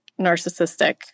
narcissistic